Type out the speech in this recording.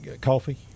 coffee